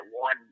one